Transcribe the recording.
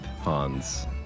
Hans